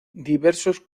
diversos